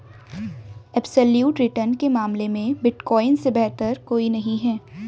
absolute return के मामले में बिटकॉइन से बेहतर कोई नहीं है